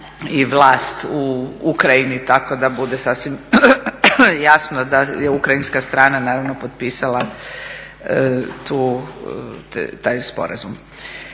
i vlast u Ukrajini tako da bude sasvim jasno da je ukrajinska strana potpisala taj sporazum.